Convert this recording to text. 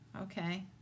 Okay